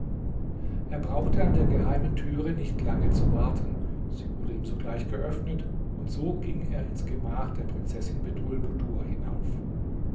er brauchte an der geheimen türe nicht lange zu warten sie wurde ihm sogleich geöffnet und so ging er ins gemach der prinzessin bedrulbudur hinauf